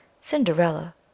Cinderella